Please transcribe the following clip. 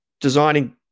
designing